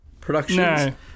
productions